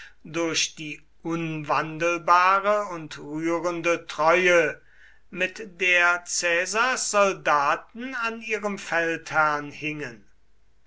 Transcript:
durch die unwandelbare und rührende treue mit der caesars soldaten an ihrem feldherrn hingen